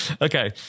okay